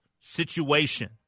Situation